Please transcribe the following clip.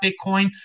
Bitcoin